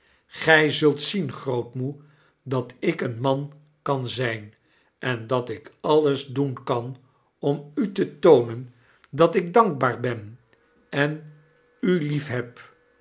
gy zult zien grootmoe dat ik een man kan zijn en dat ik alles doen kan om u te toonen dat ik dankbaar ben en u lief